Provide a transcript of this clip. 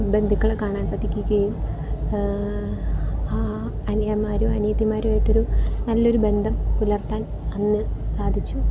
ബന്ധുക്കളെ കാണാൻ സാധിക്കുകയും അനിയന്മാരും അനിയത്തിമാരുമായിട്ടൊരു നല്ലൊരു ബന്ധം പുലർത്താൻ അന്ന് സാധിച്ചു